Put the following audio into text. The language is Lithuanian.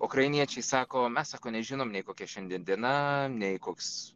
ukrainiečiai sako mes sako nežinom nei kokia šiandien diena nei koks